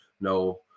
No